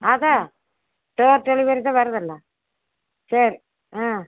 அதான் door delivery தான் வருதுல சரி ம்